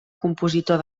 compositor